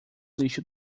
lixo